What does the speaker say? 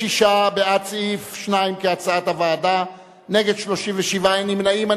56 בעד סעיף 2 כהצעת הוועדה, נגד, 37, אין נמנעים.